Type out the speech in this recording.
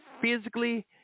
physically